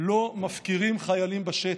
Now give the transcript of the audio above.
לא מפקירים חיילים בשטח.